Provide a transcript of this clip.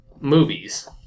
movies